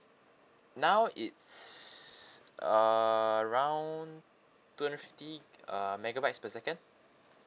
now it's uh around two hundred fifty uh megabytes per second